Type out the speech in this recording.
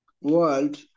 world